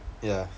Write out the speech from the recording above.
ya